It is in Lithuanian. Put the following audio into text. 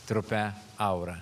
trupe aura